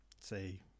say